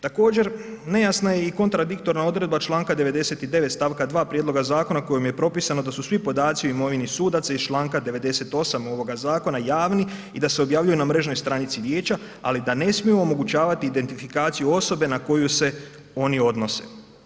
Također nejasna je i kontradiktorana odredba članka 99, stavka 2. prijedloga zakona kojom je propisano da su svi podaci o imovini sudaca iz članka 98 ovoga zakona javni i da se objavljuju na mrežnoj stranici vijeća ali da ne smiju omogućavati identifikaciju osobe na koju se oni odnose.